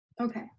Okay